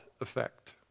effect